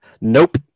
Nope